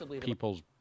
people's